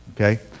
Okay